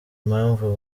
impamvu